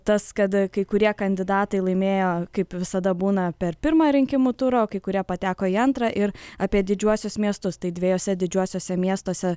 tas kad kai kurie kandidatai laimėjo kaip visada būna per pirmą rinkimų turą kai kurie pateko į antrą ir apie didžiuosius miestus tai dviejuose didžiuosiuose miestuose